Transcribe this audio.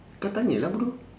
kau tanya lah bodoh